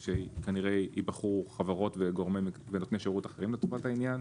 כי כנראה ייבחרו חברות וגורמים ונותני שירות אחרים לטובת העניין.